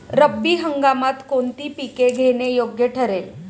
रब्बी हंगामात कोणती पिके घेणे योग्य ठरेल?